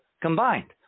combined